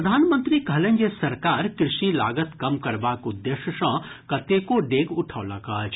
प्रधानमंत्री कहलनि जे सरकार कृषि लागत कम करबाक उद्देश्य सँ कतेको डेग उठौलक अछि